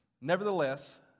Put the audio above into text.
Nevertheless